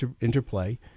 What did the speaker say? interplay